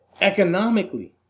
economically